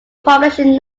population